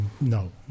No